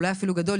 אולי אפילו גדול,